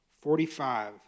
Forty-five